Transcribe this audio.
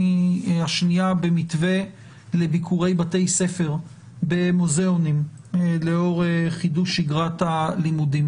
והשנייה במתווה לביקורי בתי ספר במוזיאונים לאור חידוש שגרת הלימודים.